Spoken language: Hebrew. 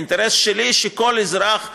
האינטרס שלי הוא שכל אזרח,